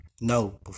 No